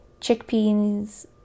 chickpeas